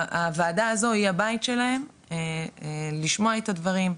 הוועדה הזו היא הבית שלהם לשמוע את הדברים,